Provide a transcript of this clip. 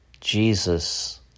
Jesus